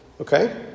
Okay